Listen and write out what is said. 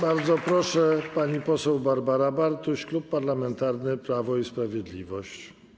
Bardzo proszę, pani poseł Barbara Bartuś, Klub Parlamentarny Prawo i Sprawiedliwość.